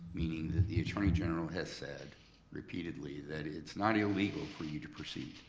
meaning that the attorney general has said repeatedly that it's not illegal for you to proceed,